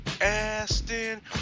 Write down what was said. Aston